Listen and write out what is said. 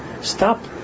stop